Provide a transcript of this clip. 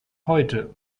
heute